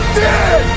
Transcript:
dead